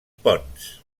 pons